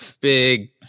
big